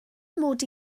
mod